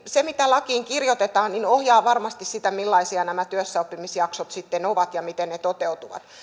se mitä lakiin kirjoitetaan ohjaa varmasti sitä millaisia nämä työssäoppimisjaksot sitten ovat ja miten ne toteutuvat